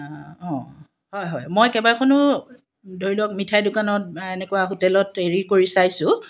অঁ হয় হয় মই কেবাখনো ধৰি লওক মিঠাই দোকানত এনেকুৱা হোটেলত হেৰি কৰি চাইছোঁ